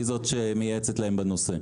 היא זאת שמייעצת להם בנושא.